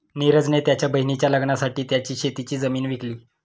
निरज ने त्याच्या बहिणीच्या लग्नासाठी त्याची शेतीची जमीन विकली